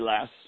less